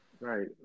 right